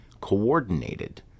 coordinated